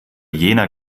jener